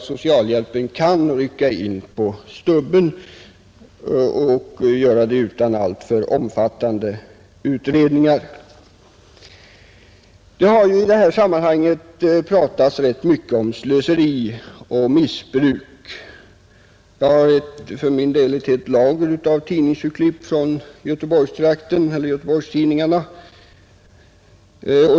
Socialhjälpen kan ju rycka in ”på stubben” och göra det utan alltför omfattande och tidsödande utredningar. Det har i detta sammanhang talats rätt mycket om slöseri och missbruk. Jag har ett helt lager av tidningsurklipp om den saken ur Göteborgstidningarna.